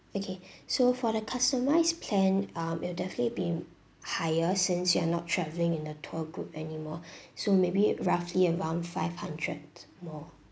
okay so for the customised plan um it'll definitely be higher since you are not travelling in a tour group anymore so maybe roughly around five hundred more